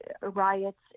riots